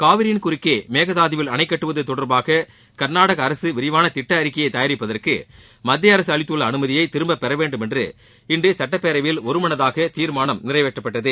காவிரியின் குறுக்கே மேகதாதவில் அணைக்கட்டுவது தொடர்பாக கர்நாடக அரசு விரிவான திட்ட அறிக்கையை தயாரிப்பதற்கு மத்திய அரசு அளித்துள்ள அனுமதியை திரும்பப்பெற வேண்டும் என்று இன்று சட்டப்பேரவையில் ஒருமனதாக தீர்மானம் நிறைவேற்றப்பட்டது